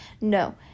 No